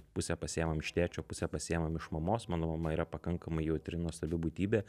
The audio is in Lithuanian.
pusę pasiimam iš tėčio pusę pasiimam iš mamos mano mama yra pakankamai jautri nuostabi būtybė